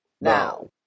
now